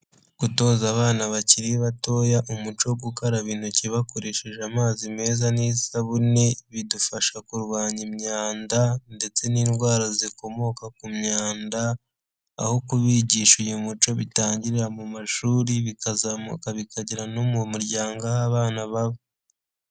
Gutoza abana bakiri batoya umuco wo gukaraba intoki bakoresheje amazi meza n'isabune, bidufasha kurwanya imyanda ndetse n'indwara zikomoka ku myanda, aho kubigisha uyu muco bitangirira mu mashuri bikazamuka bikagera no mu muryango aho abana baba.